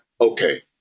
okay